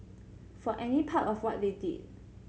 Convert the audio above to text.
for any part of what they did